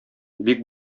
бик